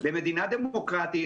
במדינה דמוקרטית,